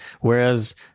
whereas